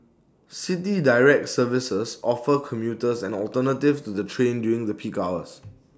City Direct services offer commuters an alternative to the train during the peak hours